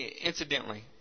Incidentally